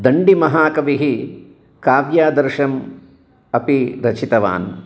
दण्डीमहाकविः काव्यादर्शम् अपि दर्शितवान्